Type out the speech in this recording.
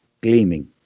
gleaming